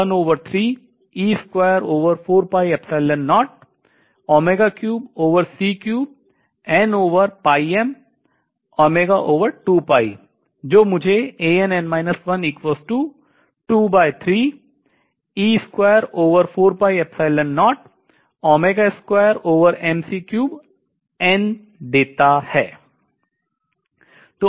जो मुझे देता है